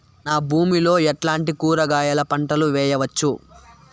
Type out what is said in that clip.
నా భూమి లో ఎట్లాంటి కూరగాయల పంటలు వేయవచ్చు?